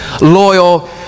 loyal